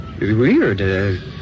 weird